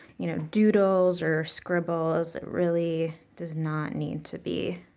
you know, doodles or scribbles. it really does not need to be,